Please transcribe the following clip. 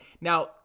Now